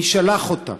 מי שלח אותם?